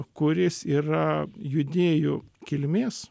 kuris yra judėjų kilmės